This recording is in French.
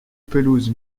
pelouse